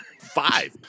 five